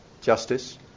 justice